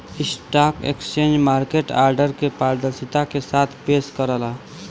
stock exchange market order के पारदर्शिता के साथ पेश करला